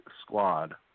squad